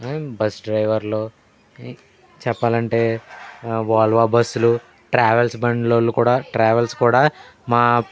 bus డ్రైవర్లు చెప్పాలంటే Volvo బస్సులు ట్రావెల్స్ బండ్లోళ్ళు కూడా ట్రావెల్స్ కూడా మా